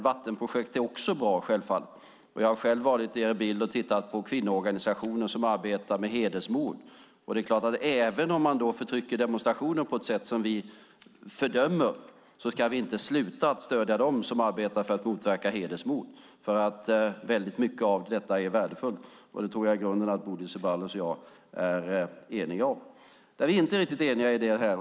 Vattenprojektet är självfallet också bra. Jag har själv varit i Erbil och besökt kvinnoorganisationer som arbetar med hedersmord. Även om man förtrycker demonstranter på ett sätt som vi fördömer ska vi inte sluta att stödja dem som arbetar för att motverka hedersmord, för väldigt mycket av detta är värdefullt. Det tror jag att Bodil Ceballos och jag i grunden är eniga om.